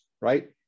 right